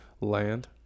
land